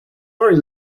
very